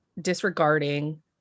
disregarding